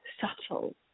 subtle